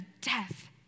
death